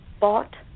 bought